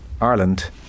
Ireland